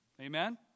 Amen